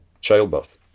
childbirth